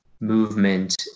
movement